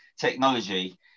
technology